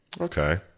Okay